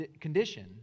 condition